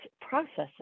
processes